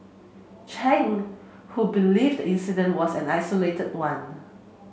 Chen who believes the incident was an isolated one